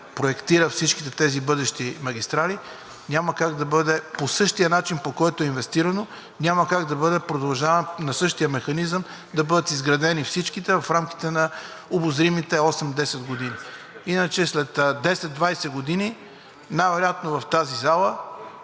всичките тези бъдещи магистрали, няма как да бъде по същия начин, по който е инвестирано, няма как на същия механизъм да бъдат изградени всичките в рамките на обозримите 8 – 10 години. Иначе след 10 – 20 години, най-вероятно в тази зала,